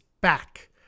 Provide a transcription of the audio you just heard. back